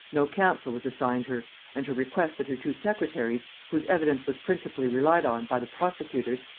no counsel was assigned her and her request that her two secretaries, whose evidence was princicipally relied on by the prosecutors,